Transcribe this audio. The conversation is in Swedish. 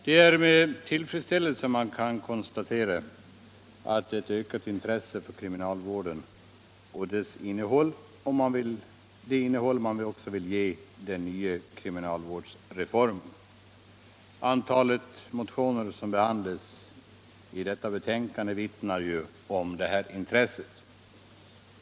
Det är med tillfredsställelse vi kan konstatera ett ökat intresse för kriminalvården och det innehåll man vill ge den nya kriminalvårdsreformen. Antalet motioner som behandlas i betänkandet vittnar om detta intresse.